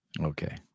Okay